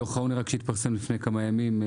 דוח העוני התפרסם רק לפני כמה ימים,